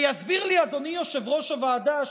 ויסביר לי אדוני יושב-ראש הוועדה,